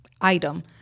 item